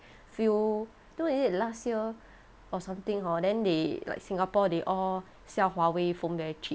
few don't know is it last year or something hor then they like singapore they all sell huawei phone very cheap